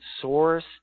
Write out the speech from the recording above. source